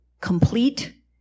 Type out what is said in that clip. complete